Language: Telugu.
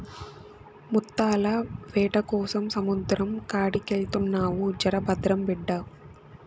ముత్తాల వేటకోసం సముద్రం కాడికెళ్తున్నావు జర భద్రం బిడ్డా